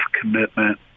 commitment